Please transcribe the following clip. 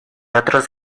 otros